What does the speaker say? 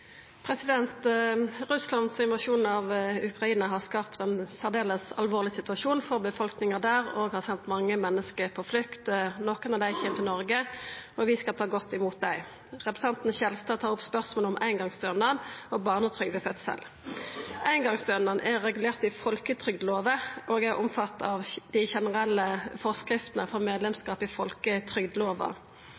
engangsstønad?» Russlands invasjon av Ukraina har skapt ein særleg alvorleg situasjon for befolkninga der og har sendt mange menneske på flukt. Nokre av dei kjem til Noreg, og vi skal ta dei godt imot. Representanten Skjelstad tar opp spørsmålet om eingongsstønad og barnetrygd ved fødsel. Eingongsstønaden er regulert i folketrygdlova og er omfatta av dei generelle føresegnene for